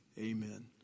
Amen